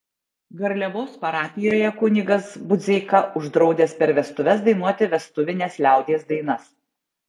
garliavos parapijoje kunigas budzeika uždraudęs per vestuves dainuoti vestuvines liaudies dainas